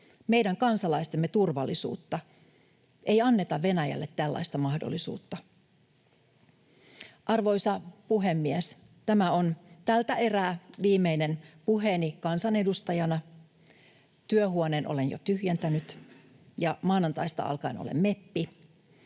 meidän kansalaistemme turvallisuutta. Ei anneta Venäjälle tällaista mahdollisuutta. Arvoisa puhemies! Tämä on tältä erää viimeinen puheeni kansanedustajana. Työhuoneen olen jo tyhjentänyt, ja maanantaista alkaen olen meppi.